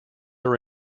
are